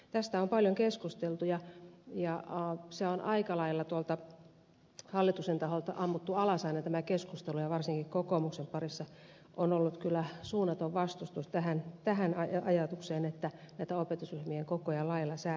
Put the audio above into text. tästä on paljon keskusteltu ja on aika lailla tuolta hallituksen taholta ammuttu alas aina tämä keskustelu ja varsinkin kokoomuksen parissa on ollut kyllä suunnaton vastustus tähän ajatukseen että näitä opetusryhmien kokoja lailla säädettäisiin